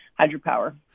hydropower